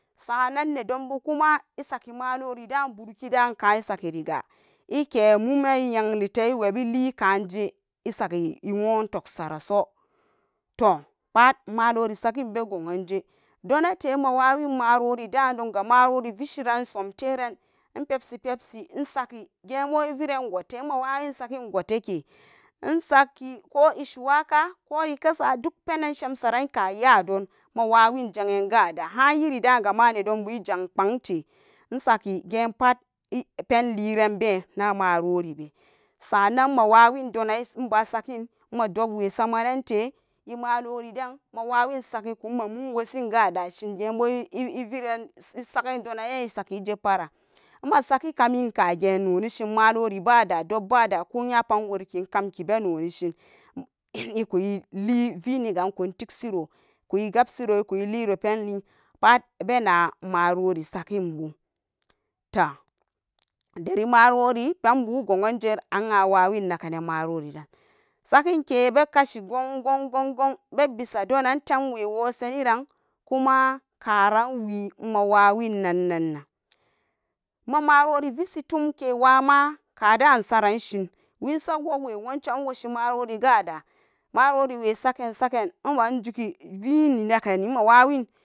Sa'anan nedonbu kuma isaki marorida bure da ka isakiriga ikya mumen iyanlite iweb ili kanje isagiri gwo tuksara so, toh pat malori sagin begowanje donate mawawin marorida donga marori vishiran in sumterein, pepsi pepsi insaki gyabo iviran gote mawawin sakin goteke insaki ko ishuwaka ko ikesa duk penan shamsaran ka yadon mawawin ja'en gada hayirida gama nedon bu ijan kpangte isaki gepat penliranbe namaroribe, sa'anan mawowin donan basakin madobwe samamante imaloridan mawawin sagakun ma mum wosin gadasin gebo ibirén donan isakije paran masaki kamin kage nonishin marori bada dobbada ko nyapat iwurki kamki bomonisin, ekuli viniga ikun tigsira kui gabsiro penli pat bena marori saginbu, tah deri marori penbu gowanje an awawin naganin maroriran sakin ke bekashi gwon gwon gwon gwon bebia donan temwe woseniran kuma karanwi mawawinnar nan, mamarori visi tumke wama kada insaranshin we sac wogwe inwoshi marori kada maroriwe sagan sagan iban jugi nekeni.